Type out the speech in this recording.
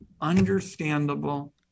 understandable